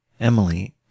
Emily